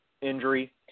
injury